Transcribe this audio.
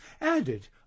added